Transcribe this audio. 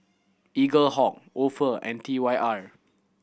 Eaglehawk Ofo and T Y R